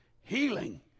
Healing